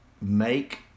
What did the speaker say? make